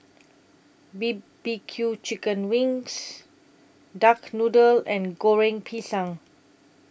B B Q Chicken Wings Duck Noodle and Goreng Pisang